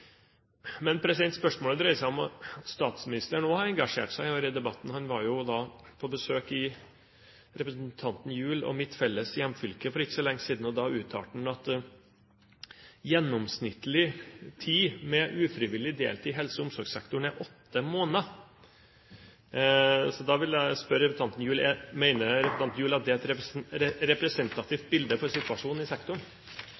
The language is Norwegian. Men spørsmålet dreier seg om at statsministeren også har engasjert seg i denne debatten. Han var jo på besøk i representanten Gjul og mitt felles hjemfylke for ikke så lenge siden, og da uttalte han at gjennomsnittlig tid med ufrivillig deltid i helse- og omsorgssektoren er åtte måneder. Så da vil jeg spørre representanten Gjul: Mener representanten Gjul at det er et